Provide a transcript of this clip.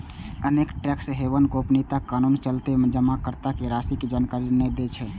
अनेक tax haven गोपनीयता कानूनक चलते जमाकर्ता के राशि के जानकारी नै दै छै